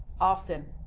often